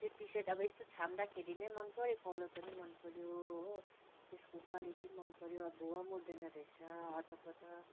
त्यो T shirt अब यस्तो छाम्दाखेरि नै मन पऱ्यो कलर पनि मन पऱ्यो हो त्यसको क्वालिटी मन पऱ्यो अब भुवा उठ्दैन रहेछ हतपत